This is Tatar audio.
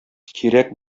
кирәк